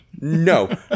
no